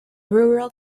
rural